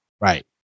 Right